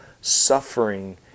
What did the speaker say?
suffering